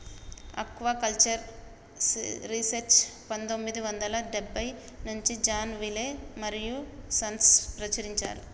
aquaculture research పందొమ్మిది వందల డెబ్బై నుంచి జాన్ విలే మరియూ సన్స్ ప్రచురించారు